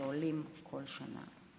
שעולים כל שנה,